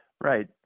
Right